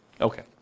Okay